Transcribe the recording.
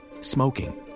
smoking